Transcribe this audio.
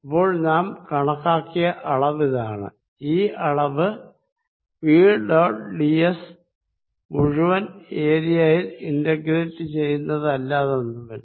അപ്പോൾ നാം കണക്കാക്കിയ അളവ് ഇതാണ് ഈ അളവ് V ഡോട്ട് ds മുഴുവൻ ഏരിയ യിൽ ഇന്റഗ്രേറ്റ് ചെയ്യുന്നത് അല്ലാതൊന്നുമല്ല